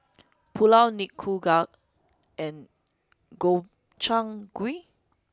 Pulao Nikujaga and Gobchang Gui